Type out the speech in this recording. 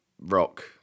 rock